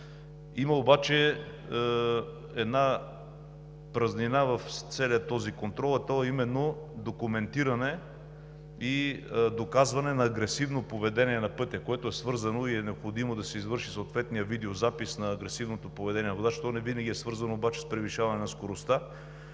Има обаче една празнина в целия този контрол, а именно документиране и доказване на агресивно поведение на пътя, което е свързано и за което е необходимо да се извърши съответният видеозапис за агресивното поведение на водача. То не винаги е свързано с превишаване на скоростта